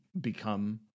become